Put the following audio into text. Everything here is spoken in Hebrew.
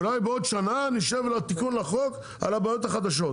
אולי בעוד שנה נשב לתיקון החוק על הבעיות החדשות.